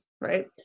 right